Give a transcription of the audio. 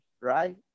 right